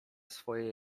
swoje